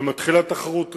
ומתחילה תחרות ריצה,